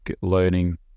learning